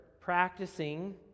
practicing